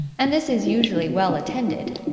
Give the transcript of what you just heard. and this is usually well attended.